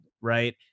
Right